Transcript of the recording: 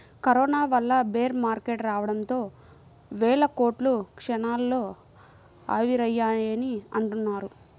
corona వల్ల bear market రావడంతో వేల కోట్లు క్షణాల్లో ఆవిరయ్యాయని అంటున్నారు